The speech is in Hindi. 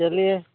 चलिए